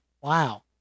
wow